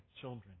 children